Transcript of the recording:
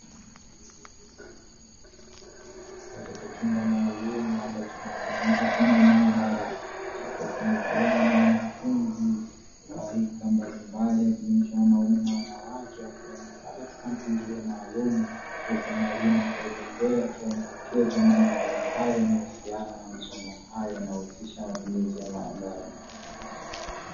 Katika chumba maalumu ambacho kinatumika kama maabara, kikiwa kimejaa na wanafunzi wa rika mbalimbali yakionyesha wanaume na wanawake wakiwa wamekaa katika mpangilio maalumu, huku mwalimu akiwepo mbele akielekeza mambo mbalimbali ya masomo hayo yanayohusisha mataumizi ya maabara.